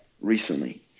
recently